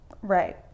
Right